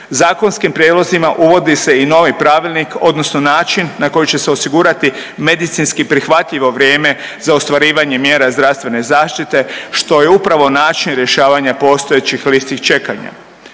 zakonski prijedlozima uvodi se i novi pravilnik odnosno način na koji će se osigurati medicinski prihvatljivo vrijeme za ostvarivanje mjera zdravstvene zaštite što je upravo način rješavanja postojećih listi čekanja.